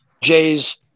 Jay's